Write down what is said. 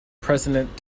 president